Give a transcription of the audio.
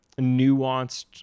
nuanced